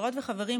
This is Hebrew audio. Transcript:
חברות וחברים,